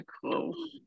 cool